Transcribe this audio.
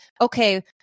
okay